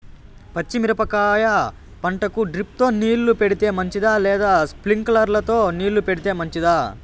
పచ్చి మిరపకాయ పంటకు డ్రిప్ తో నీళ్లు పెడితే మంచిదా లేదా స్ప్రింక్లర్లు తో నీళ్లు పెడితే మంచిదా?